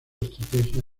estrategia